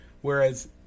Whereas